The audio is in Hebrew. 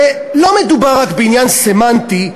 ולא מדובר רק בעניין סמנטי,